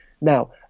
Now